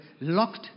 locked